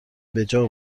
بجا